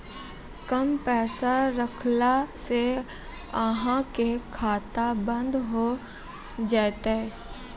कम पैसा रखला से अहाँ के खाता बंद हो जैतै?